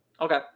Okay